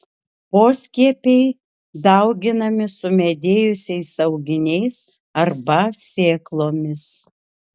poskiepiai dauginami sumedėjusiais auginiais arba sėklomis